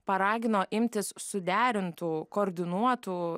paragino imtis suderintų koordinuotų